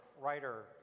writer